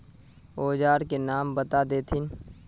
औजार के नाम बता देथिन?